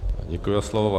Děkuji za slovo.